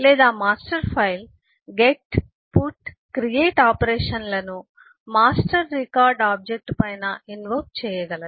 లేదా master file get put create ఆపరేషన్లను master record object పైన ఇన్వోక్ చేయగలదు